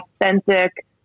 authentic